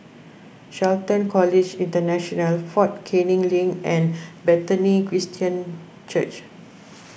Shelton College International fort Canning Link and Bethany Christian Church